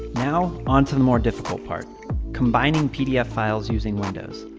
now, onto the more difficult part combining pdf files using windows.